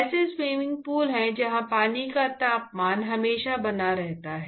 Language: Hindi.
ऐसे स्विमिंग पूल हैं जहां पानी का तापमान हमेशा बना रहता है